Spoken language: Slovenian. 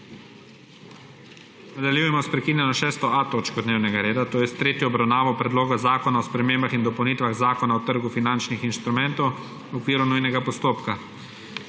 Nadaljujemo sprekinjeno 6.A točko dnevnega reda, to je s tretjo obravnavo Predloga zakona o spremembah in dopolnitvah Zakona o trgu finančnih inštrumentov v okviru nujnega postopka.